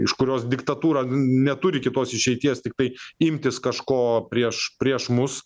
iš kurios diktatūra neturi kitos išeities tiktai imtis kažko prieš prieš mus